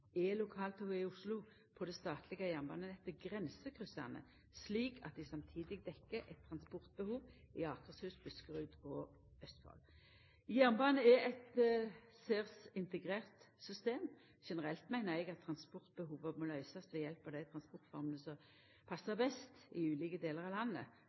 er lokaltoga i Oslo på det statlege jernbanenettet grensekryssande, slik at dei samtidig dekkjer eit transportbehov i Akershus, Buskerud og Østfold. Jernbanen er eit særs integrert system. Generelt meiner eg at transportbehova må løysast ved hjelp av dei transportformene som høver best i ulike delar av landet.